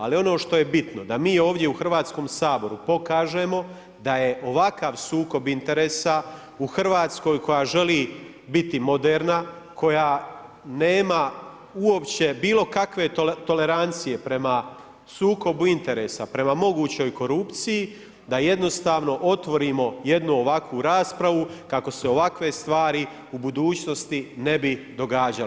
Ali, ono što je bitno, da mi ovdje u Hrvatskom saboru, pokažemo, da je ovakav sukob interesa u Hrvatskoj koja želi biti modrena, koja nema uopće bilo kakve tolerancije prema sukobu interesa, prema mogućoj korupciji, da jednostavno otvorimo jednu ovakvu raspravu, kako se ovakve stvari u budućnosti ne bi događale.